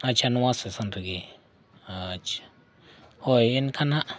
ᱟᱪᱪᱷᱟ ᱱᱚᱣᱟ ᱨᱮᱜᱮ ᱟᱪᱪᱷᱟ ᱦᱳᱭ ᱮᱱᱠᱷᱟᱱ ᱱᱟᱦᱟᱜ